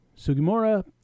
Sugimura